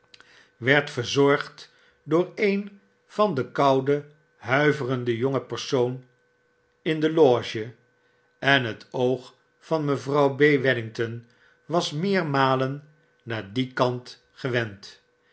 werd verzorgd door een van koude huiverende jonge persoon in de lose en het oog van mevrouw b wedgington was meermalen naar dien kant gewend